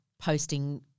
posting